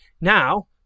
now